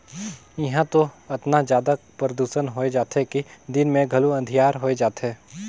इहां तो अतना जादा परदूसन होए जाथे कि दिन मे घलो अंधिकार होए जाथे